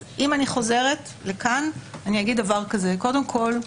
אם אני חוזרת לכאן, קודם כול,